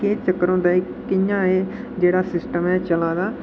के चक्कर होंदा कि'यां एह् जेह्ड़ा सिस्टम ऐ चला दा